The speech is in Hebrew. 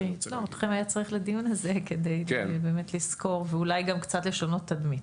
אתכם היה צריך לדיון הזה כדי באמת לסקור ואולי גם קצת לשנות תדמית.